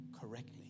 correctly